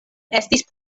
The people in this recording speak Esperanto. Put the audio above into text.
estis